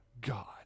God